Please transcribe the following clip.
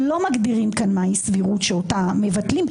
לא מגדירים כאן מה היא הסבירות שאותה מבטלים,